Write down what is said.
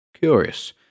Curious—